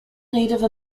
native